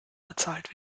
bezahlt